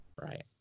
Right